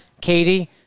Katie